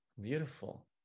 Beautiful